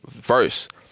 First